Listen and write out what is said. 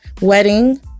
wedding